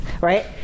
right